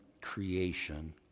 creation